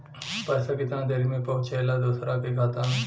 पैसा कितना देरी मे पहुंचयला दोसरा के खाता मे?